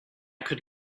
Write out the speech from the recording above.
could